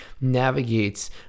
navigates